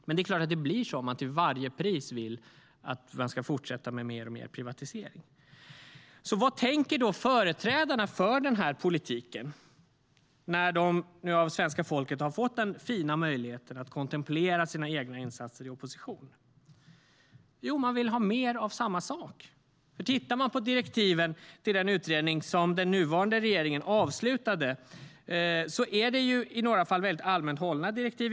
Men det är klart att det blir så om man till varje pris vill att man ska fortsätta med mer och mer privatisering. Vad tänker då företrädarna för den här politiken när de nu av svenska folket har fått den fina möjligheten att kontemplera över sina egna insatser i opposition? Jo, de vill ha mer av samma sak. Man kan titta på direktiven till den utredning som den nuvarande regeringen avslutade. I några fall är det väldigt allmänt hållna direktiv.